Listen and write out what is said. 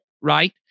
right